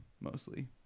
mostly